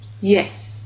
yes